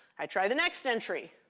i try the next entry.